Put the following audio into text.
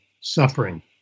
suffering